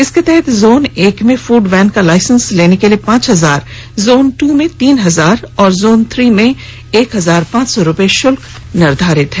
इसके तहत जोन एक में फूड वैन का लाइसेंस लेने के लिए पांच हजार जोन ट्र में तीन हजार और जोन तीन में एक हजार पांच सौ रुपए शुल्क निर्धारित किया गया है